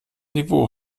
niveau